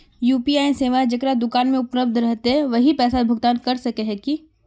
UPI सेवाएं जेकरा दुकान में उपलब्ध रहते वही पैसा भुगतान कर सके है की?